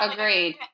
Agreed